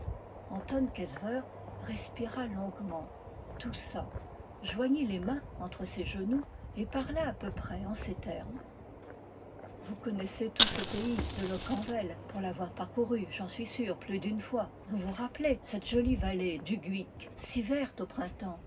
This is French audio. antôn quesseveur respira longuement toussa joignit les mains entre ses genoux et parla à peu près en ces termes vous connaissez tout ce pays de locquenvel pour l'avoir parcouru j'en suis sûr plus d'une fois vous vous rappelez cette jolie vallée du guic si verte au printemps